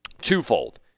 twofold